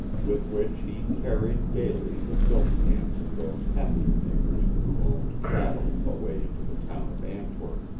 with which he carried daily the milk-cans of those happier neighbors who owned cattle away into the town of antwerp.